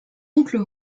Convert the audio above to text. oncle